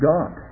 God